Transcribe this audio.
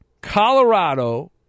Colorado